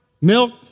milk